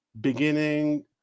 beginning